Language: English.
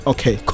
Okay